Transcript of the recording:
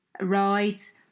Right